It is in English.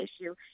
issue